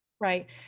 Right